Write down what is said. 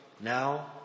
now